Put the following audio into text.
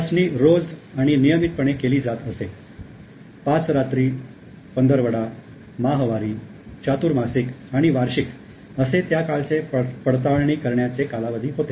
तपासणी रोज आणि नियमितपणे केली जात असे पाच रात्री पंधरवडा माहवारी चातुर्मासिक आणि वार्षिक असे त्या काळचे पडताळणी करण्याचे कालावधी होते